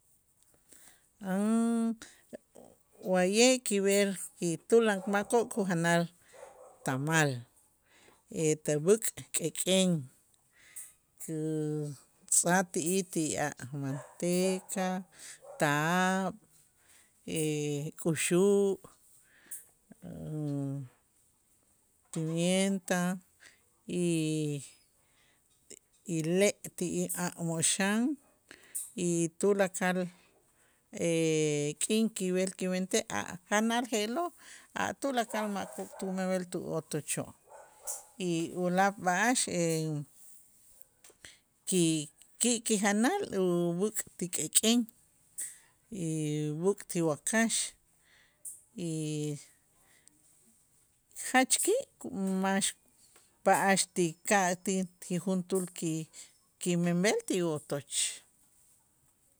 Wa'ye' kib'el y tula makoo' kujanal tamal tu b'äk' k'ek'en kutz'aj ti'ij ti a' manteca, taab', k'uxu', pimienta y le' ti a' moxan y tulakal k'in kib'el kimentej a' janal je'lo' a' tulakal makoo' tu nivel tu otochoo' y ulaak' b'a'ax ki- ki'ki' janal ub'äk' ti k'ek'en y b'äk' ti wakax y jach ki' kumax b'a'ax ti ka' ti juntuul ki- kimenb'el ti wotoch.